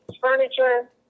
furniture